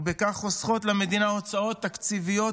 ובכך חוסכות למדינה הוצאות תקציביות,